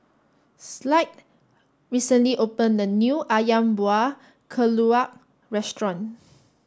Clide recently opened a new Ayam Buah Keluak Restaurant